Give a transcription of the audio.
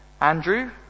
Andrew